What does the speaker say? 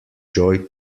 joy